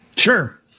Sure